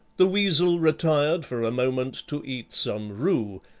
the weasel retired for a moment to eat some rue,